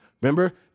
Remember